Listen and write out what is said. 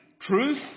Truth